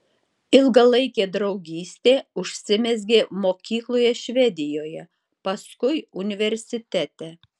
ilgalaikė draugystė užsimezgė mokykloje švedijoje paskui universitete